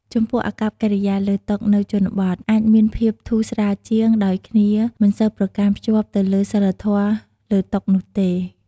ចំពោះអាកប្បកិរិយាលើតុនៅតាមជនបទ អាចមានភាពធូរស្រាលជាង ដោយគ្នាមិនសូវប្រកាន់ខ្ជាប់ទៅលើសីលធម៌លើតុនោះទេ។